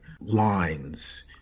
lines